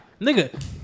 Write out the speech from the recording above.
Nigga